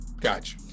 Gotcha